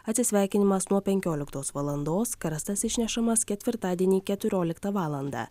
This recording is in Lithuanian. atsisveikinimas nuo penkioliktos valandos karstas išnešamas ketvirtadienį keturioliktą valandą